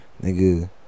Nigga